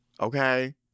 Okay